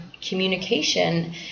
communication